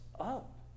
up